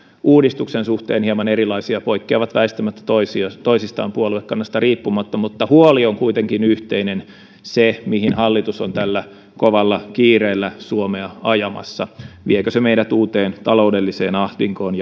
uudistuksen suhteen hieman erilaisia poikkeavat väistämättä toisistaan puoluekannasta riippumatta mutta huoli on kuitenkin yhteinen se mihin hallitus on tällä kovalla kiireellä suomea ajamassa viekö se meidät uuteen taloudelliseen ahdinkoon